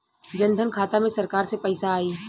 जनधन खाता मे सरकार से पैसा आई?